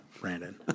Brandon